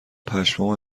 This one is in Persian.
پشمام